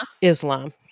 islam